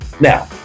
Now